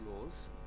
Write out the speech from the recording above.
laws